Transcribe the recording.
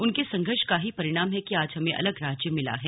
उनके संघर्ष का ही परिणाम है कि आज हमें अलग राज्य मिला है